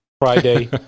Friday